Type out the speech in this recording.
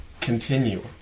Continue